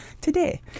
today